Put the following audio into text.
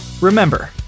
Remember